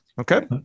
Okay